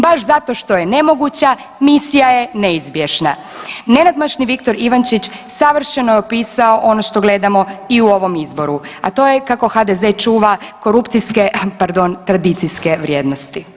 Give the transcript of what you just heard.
Baš zato što je nemoguća, misija je neizbježna.“ Nenadmašni Viktor Ivančić savršeno je opisao ono što gledamo i u ovom izboru, a to je kako HDZ čuva korupcijske, pardon, tradicijske vrijednosti.